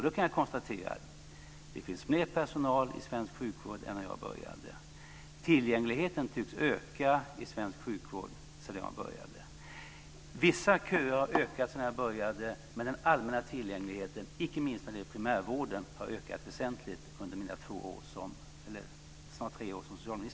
Då kan jag konstatera att det finns mer personal i svensk sjukvård än när jag började. Tillgängligheten tycks öka i svensk sjukvård sedan jag började. Vissa köer har ökat sedan jag började, men den allmänna tillgängligheten, icke minst när det gäller primärvården, har ökat väsentligt under mina snart tre år som socialminister.